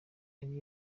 ari